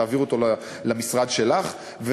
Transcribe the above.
תעבירו אותו למשרד שלך,